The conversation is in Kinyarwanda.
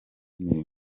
mirimo